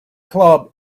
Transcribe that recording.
club